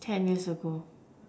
ten years ago